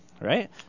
Right